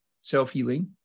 self-healing